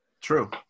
True